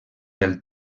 del